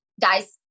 guys